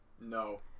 no